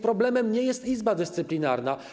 Problemem nie jest Izba Dyscyplinarna.